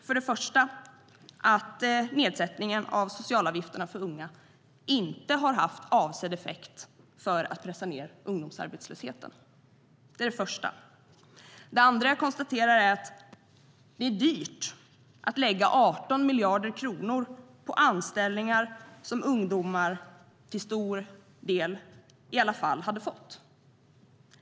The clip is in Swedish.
För det första har nedsättningen av socialavgifterna för unga inte haft avsedd effekt, att pressa ned ungdomsarbetslösheten. För det andra är det dyrt att lägga 18 miljarder kronor på anställningar som ungdomar till stor del hade fått i alla fall.